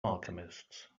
alchemists